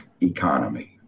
economy